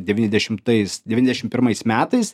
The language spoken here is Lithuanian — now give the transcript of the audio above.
devyniasdešimtais devyniasdešim pirmais metais